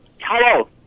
Hello